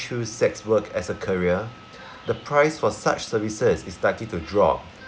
choose sex work as a career the price for such services is likely to drop